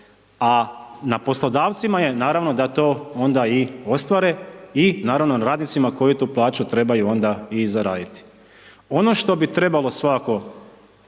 a na poslodavcima je naravno da to onda i ostvare i naravno na radnicima koji to plaću trebaju onda i zaraditi. Ono što bi trebalo svakako,